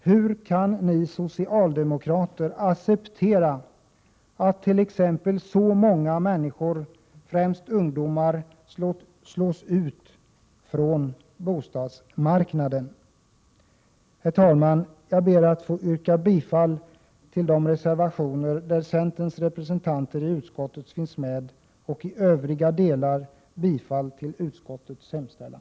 Hur kan ni socialdemokrater acceptera att så många människor, främst ungdomar, slås ut från bostadsmarknaden? Herr talman! Jag ber att få yrka bifall till de reservationer där centerns representanter i utskottet finns med, och i övriga delar bifall till utskottets hemställan.